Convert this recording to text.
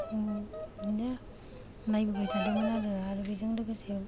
बिदिनो नायबोबाय थादोंमोन आरो बेजों लोगोसे